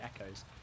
echoes